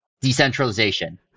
decentralization